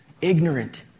ignorant